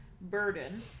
burden